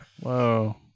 Whoa